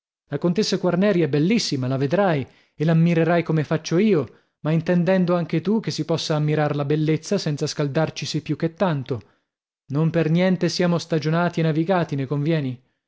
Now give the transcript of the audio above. la contessa quarneri è bellissima la vedrai e l'ammirerai come faccio io ma intendendo anche tu che si possa ammirar la bellezza senza scaldarcisi più che tanto non per niente siamo stagionati e navigati ne convieni